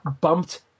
bumped